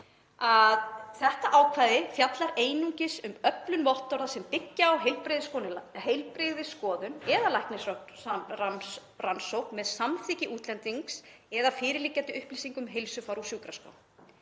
þetta ákvæði fjallar einungis um öflun vottorða sem byggja á heilbrigðisskoðun eða læknisrannsókn með samþykki útlendings eða fyrirliggjandi upplýsinga um heilsufar úr sjúkraskrá.